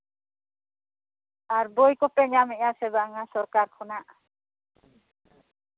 ᱟᱨ ᱵᱳᱭ ᱠᱚᱯᱮ ᱧᱟᱢᱮᱫᱼᱟ ᱥᱮ ᱵᱟᱝ ᱥᱚᱨᱠᱟᱨ ᱠᱷᱚᱱᱟᱜ